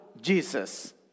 Jesus